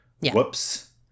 Whoops